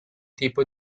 tipo